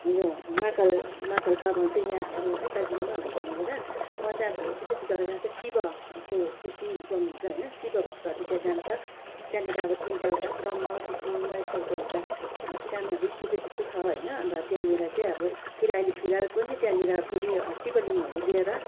उयो महाकाल महाकाल बाबा चाहिँ यहाँ हाम्रो है दार्जिलिङमा हुनुहुन्छ यहाँनिर उहाँ चाहिँ अब विशेष गरेर चाहिँ शिवको बेसी उ गर्नुहुन्छ होइन शिवभक्तहरू चाहिँ त्यहाँ जान्छ त्यहाँनिर अब तिनवटा एउटा ब्रह्मा विष्णु महेश्वरको एउटा सानो अब स्टेचु चाहिँ छ होइन अन्त त्यहाँनिर चाहिँ अब फेरि अहिले फिलहाल पनि त्यहाँनिर फेरि शिवलिङ्गहरू लिएर